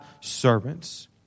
servants